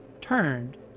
turned